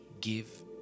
give